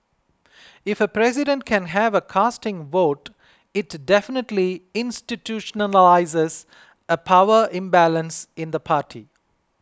if a president can have a casting vote it definitely institutionalises a power imbalance in the party